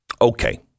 Okay